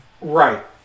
right